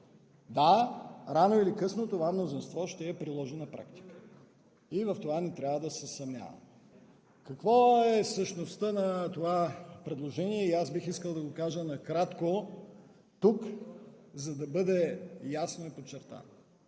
Да, рано или късно това мнозинство ще я приложи на практика и в това не трябва да се съмняваме. Каква е същността на това предложение? И аз бих искал да го кажа накратко тук, за да бъде ясно и подчертано.